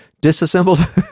disassembled